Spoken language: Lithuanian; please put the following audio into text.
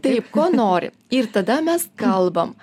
taip ko nori ir tada mes kalbam